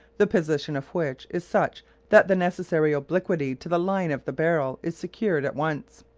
the position of which is such that the necessary obliquity to the line of the barrel is secured at once.